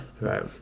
right